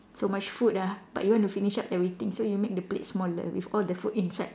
so much food ah but you want to finish up everything so you make the plate smaller with all the food inside